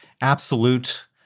absolute